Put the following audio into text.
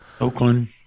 Oakland